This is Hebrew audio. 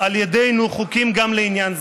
על ידינו חוקים גם לעניין זה.